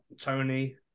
Tony